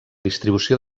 distribució